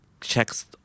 checks